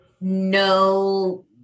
no